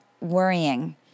worrying